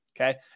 okay